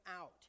out